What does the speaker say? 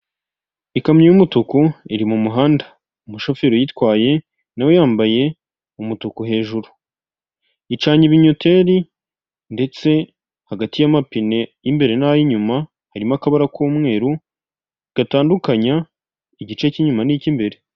Ikamyo y'umutuku iri mu muhanda umushoferi uyitwaye nawe yambaye umutuku hejuru, icanya ibinyoteri ndetse hagati y'amapine y'imbere n'ay'inyuma harimo akaba k'umweru gatandukanya igice cy'inyuma n'ik'imbere.